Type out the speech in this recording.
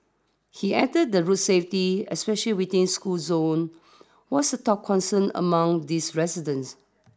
he added that road safety especially within school zone was the top concern among this residents